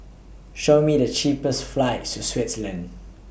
Show Me The cheapest flights to Switzerland